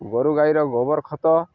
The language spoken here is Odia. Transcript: ଗୋରୁ ଗାଈର ଗୋବର୍ ଖତ